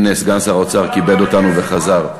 הנה, סגן שר האוצר כיבד אותנו וחזר.